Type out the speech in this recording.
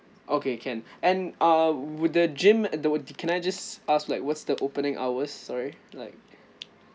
okay can and uh will the gym there would can I just ask like what's the opening hours sorry like